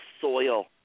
soil